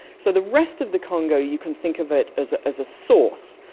so the rest of the congo you can think of it as as a source,